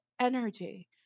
energy